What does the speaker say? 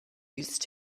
used